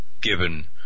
given